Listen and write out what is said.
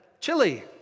chili